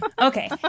Okay